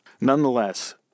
Nonetheless